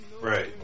Right